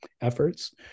efforts